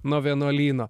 nuo vienuolyno